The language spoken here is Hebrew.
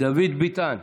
דוד ביטן,